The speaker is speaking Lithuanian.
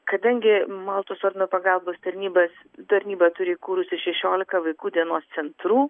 kadangi maltos ordino pagalbos tarnybas tarnyba turi įkūrusi šešiolika vaikų dienos centrų